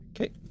Okay